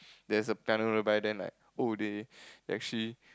there's a panel by then like oh they they actually